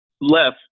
left